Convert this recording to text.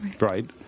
Right